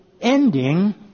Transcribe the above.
ending